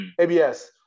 ABS